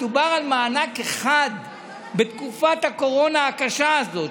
מדובר על מענק אחד בתקופת הקורונה הקשה הזאת,